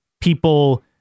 people